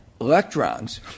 electrons